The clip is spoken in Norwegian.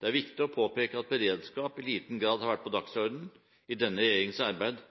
Det er viktig å påpeke at beredskap i liten grad har vært på dagsordenen i denne regjeringens arbeid